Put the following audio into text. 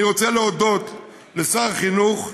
אני רוצה להודות לשר החינוך ולמנכ"ל,